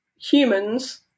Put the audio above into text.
humans